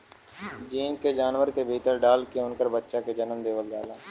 gene के जानवर के भीतर डाल के उनकर बच्चा के जनम देवल जाला